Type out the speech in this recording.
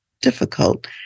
difficult